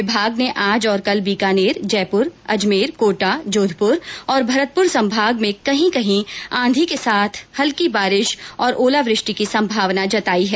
विभाग ने आज और कल बीकानेर जयपुर अजमेर कोटा जोधपुर और भरतपुर संभाग में कहीं कहीं आंधी के साथ हल्की बारिश और ओलावृष्टि की संभावना जताई है